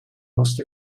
must